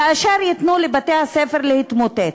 כאשר ייתנו לבתי-הספר להתמוטט.